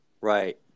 right